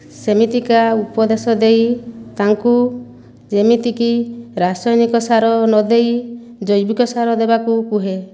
ସେମିତିକା ଉପଦେଶ ଦେଇ ତାଙ୍କୁ ଯେମିତିକି ରାସାୟନିକ ସାର ନଦେଇ ଜୈବିକ ସାର ଦେବାକୁ କହେ